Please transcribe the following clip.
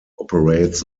operates